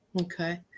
Okay